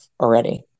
already